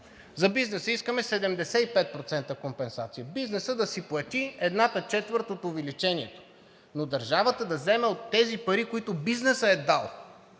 За бизнеса искаме 75% компенсация. Бизнесът да си плати едната четвърт от увеличението, но държавата да вземе от тези пари, които бизнесът е дал.